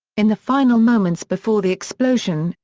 in the final moments before the explosion,